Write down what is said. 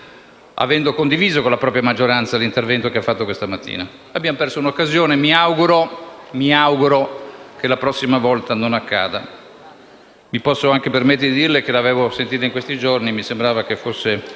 avendo condiviso con la propria maggioranza l'intervento di questa mattina. Abbiamo perso un'occasione; mi auguro che la prossima volta non accada. Mi posso anche permettere di dirle che l'avevo sentita in questi giorni: mi sembrava che fosse